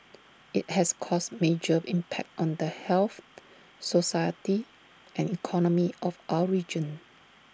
IT has caused major impact on the health society and economy of our region